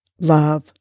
love